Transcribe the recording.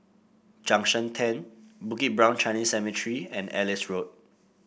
Junction Ten Bukit Brown Chinese Cemetery and Ellis Road